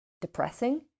depressing